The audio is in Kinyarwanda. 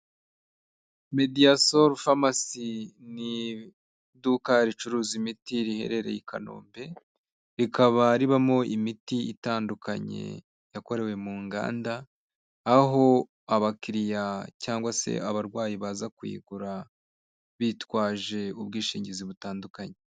Mediasol famasi ni iduka ricuruza imiti riherereye i Kanombe, rikaba ribamo imiti itandukanye yakorewe mu nganda aho abakiriya cyangwa se abarwayi baza kuyigura bitwaje ubwishingizi butandukanye.